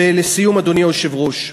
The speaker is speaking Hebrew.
לסיום, אדוני היושב-ראש,